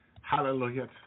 hallelujah